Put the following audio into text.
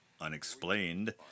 unexplained